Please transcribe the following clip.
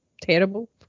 Terrible